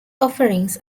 offerings